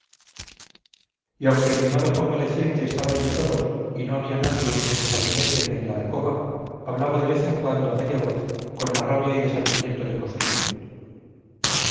y aunque el mimado convaleciente estaba allí solo y no había nadie ni en el gabinete ni en la alcoba hablaba de vez en cuando a media voz con la rabia y desabrimiento de costumbre